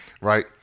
right